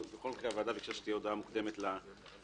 בכל מקרה הוועדה ביקשה שתהיה הודעה מוקדמת לנישום,